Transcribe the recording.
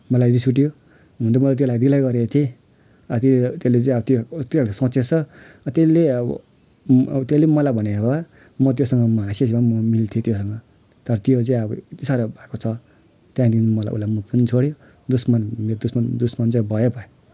मलाई रिस उठ्यो हुनु त मैले त्यसलाई दिल्लगी गरेको थिएँ त्यसला चाहिँ अब त्यो खालको सोचेछ त्यसले अब त्यसले पनि मलाई भनेको भए म त्योसँग हाँसी हाँसी भए पनि म मिल्थेँ त्योसँग तर त्यो चाहिँ अब यति साह्रो भएको छ त्यहाँदेखि मलाई उसले मुख पनि छोड्यो दुश्मन मेरो दुश्मन चाहिँ अब भयो भयो